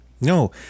No